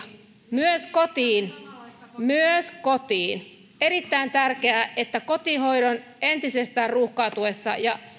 myös kotiin myös kotiin on erittäin tärkeää että kotihoidon entisestään ruuhkautuessa ja